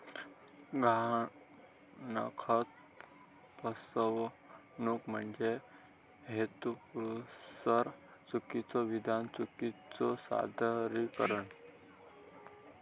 गहाणखत फसवणूक म्हणजे हेतुपुरस्सर चुकीचो विधान, चुकीचो सादरीकरण